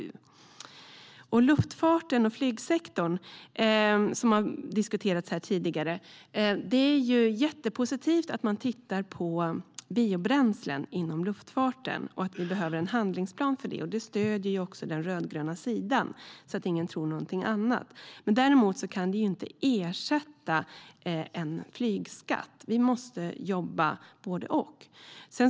Vad gäller luftfarten och flygsektorn, som har diskuterats här tidigare, är det jättepositivt att man tittar på biobränslen inom luftfarten. Vi behöver en handlingsplan för det. Det stöder också den rödgröna sidan, vill jag säga så att ingen tror någonting annat. Däremot kan biobränslen inte ersätta en flygskatt. Vi måste jobba med både och.